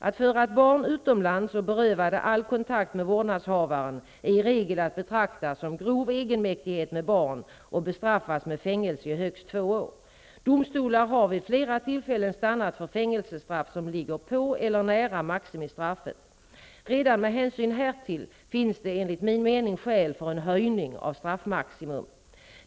Att föra ett barn utomlands och beröva det all kontakt med vårdnadshavaren är i regel att betrakta som grov egenmäktighet med barn och bestraffas med fängelse i högst två år. Domstolar har vid flera tillfällen stannat för fängelsestraff som ligger på eller nära maximistraffet. Redan med hänsyn härtill finns det enligt min mening skäl för en höjning av straffmaximum.